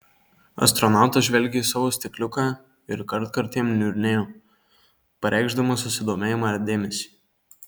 astronautas žvelgė į savo stikliuką ir kartkartėm niurnėjo pareikšdamas susidomėjimą ir dėmesį